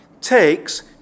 takes